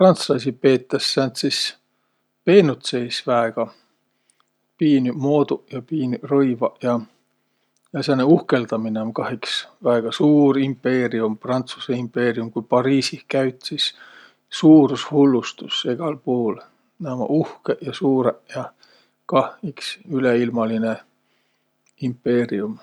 Prantslaisi peetäs sääntsis peenutsejis väega – piinüq mooduq ja piinüq rõivaq ja. Ja sääne uhkõldaminõ um iks – väega suur impeerium, Prantsusõ impeerium. Ku Pariisih käüt, sis suurushullustus egäl puul. Nä ummaq uhkõq ja suurõq ja kah iks üleilmalinõ impeerium.